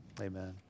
Amen